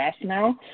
now